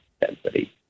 density